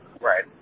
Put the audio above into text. Right